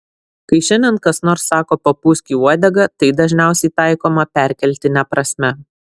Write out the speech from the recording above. kai šiandien kas nors sako papūsk į uodegą tai dažniausiai taikoma perkeltine prasme